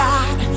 God